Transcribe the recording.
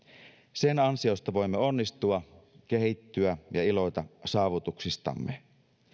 sen ansiosta voimme onnistua kehittyä ja iloita saavutuksistamme